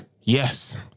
Yes